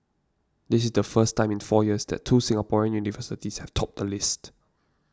this is the first time in four years that two Singaporean universities have topped the list